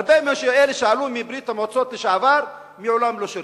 הרבה מאלה שעלו מברית-המועצות לשעבר מעולם לא שירתו.